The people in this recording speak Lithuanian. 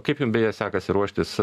kaip jum beje sekasi ruoštis